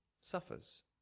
suffers